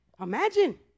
Imagine